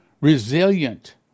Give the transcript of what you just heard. Resilient